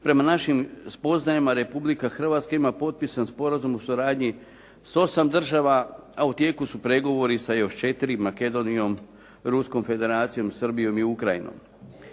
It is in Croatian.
Prema našim spoznajama Republika Hrvatska ima potpisan sporazum o suradnji s osam država, a u tijeku su pregovori sa još četiri, sa Makedonijom, Ruskom Federacijom, Srbijom i Ukrajinom.